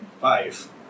five